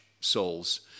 souls